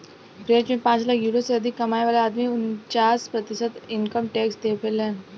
French में पांच lakh euro से अधिक कमाए वाला आदमी उनन्चास प्रतिशत इनकम टैक्स देबेलन